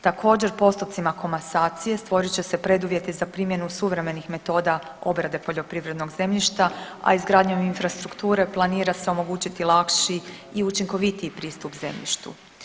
Također postupcima komasacije stvorit će se preduvjeti za primjenu suvremenih metoda obrade poljoprivrednog zemljišta, a izgradnjom infrastrukture planira se omogućiti lakši i učinkovitiji pristup zemljištu.